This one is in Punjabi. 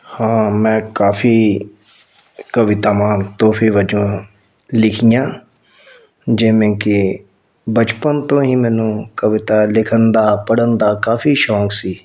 ਹਾਂ ਮੈਂ ਕਾਫੀ ਕਵਿਤਾਵਾਂ ਤੋਹਫੇ ਵਜੋਂ ਲਿਖੀਆਂ ਜਿਵੇਂ ਕਿ ਬਚਪਨ ਤੋਂ ਹੀ ਮੈਨੂੰ ਕਵਿਤਾ ਲਿਖਣ ਦਾ ਪੜ੍ਹਨ ਦਾ ਕਾਫੀ ਸ਼ੌਂਕ ਸੀ